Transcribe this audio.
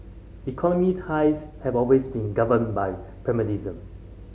economic ties have always been governed by pragmatism